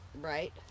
right